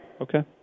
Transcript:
Okay